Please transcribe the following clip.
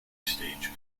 stagecoach